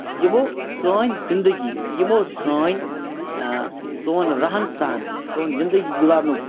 یِمو سٲنۍ زِندگی یِمو سٲنۍ سون رہن سہن سون زندگی گُزارنُک